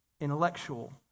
intellectual